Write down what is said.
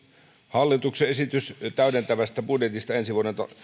hallituksen esitys täydentävästä budjetista ensi